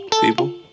people